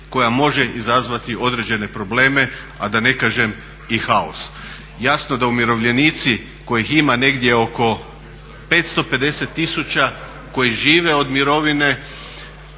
koja može izazvati određene probleme a da ne kažem i kaos. Jasno da umirovljenici kojih ima negdje oko 550 tisuća, koji žive od mirovine